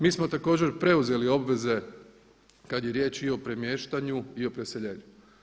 Mi smo također preuzeli obveze kad je riječ i o premještanju i o preseljenju.